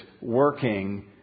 working